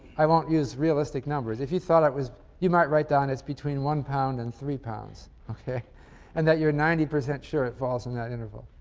i won't use realistic numbers. if you thought it was you might write down, it's between one pound and three pounds and that you're ninety percent sure it falls in that interval.